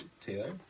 Taylor